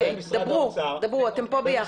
דברו, אתם כאן ביחד.